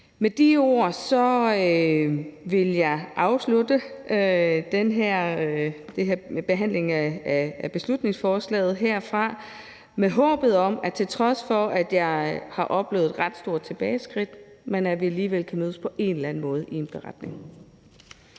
Med de ord vil jeg afslutte behandlingen af beslutningsforslaget herfra med håbet om, at vi, til trods for at jeg i forhold til det her har oplevet et ret stort tilbageskridt, alligevel på en eller anden måde kan mødes i en beretning.